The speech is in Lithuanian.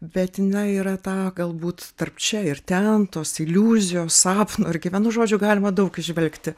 bet jinai yra ta galbūt tarp čia ir ten tos iliuzijos sapno ir gyvenu žodžiu galima daug įžvelgti